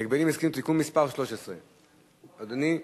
הגבלים עסקיים (תיקון מס' 13). אדוני,